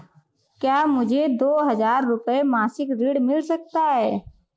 क्या मुझे दो हज़ार रुपये मासिक ऋण मिल सकता है?